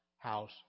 House